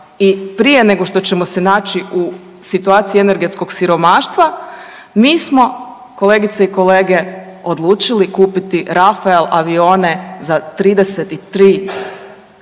prije nego što ćemo se naći u situaciji energetskog siromaštva mi smo kolegice i kolege odlučili kupiti Rafael avione za 33